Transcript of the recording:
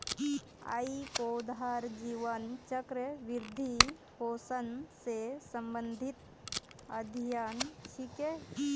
यई पौधार जीवन चक्र, वृद्धि, पोषण स संबंधित अध्ययन छिके